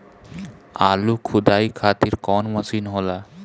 आलू खुदाई खातिर कवन मशीन होला?